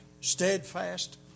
steadfast